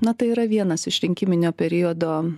na tai yra vienas iš rinkiminio periodo